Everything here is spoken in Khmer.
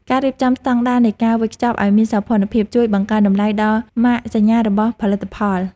ការរៀបចំស្តង់ដារនៃការវេចខ្ចប់ឱ្យមានសោភ័ណភាពជួយបង្កើនតម្លៃដល់ម៉ាកសញ្ញារបស់ផលិតផល។